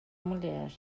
mulher